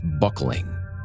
buckling